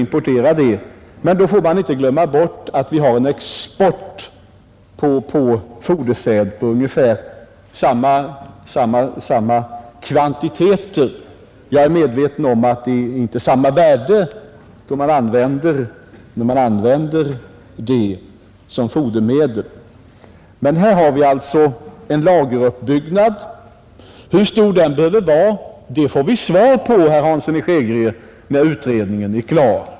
Men då får man inte glömma att vi har en export av fodersäd med ungefär samma kvantiteter. Jag är medveten om att det inte har samma värde då man använder detta som fodermedel. Men här har vi alltså en lageruppbyggnad. Hur stor den behöver vara får vi veta, herr Hansson i Skegrie, när utredningen är klar.